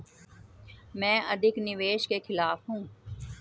मैं अधिक निवेश के खिलाफ हूँ